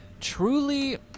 truly